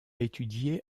étudié